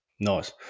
Nice